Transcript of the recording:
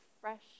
fresh